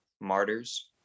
martyrs